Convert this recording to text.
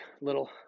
little